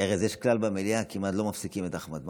ארז, יש כלל במליאה: כמעט לא מפסיקים את אחמד.